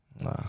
Nah